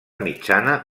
mitjana